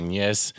yes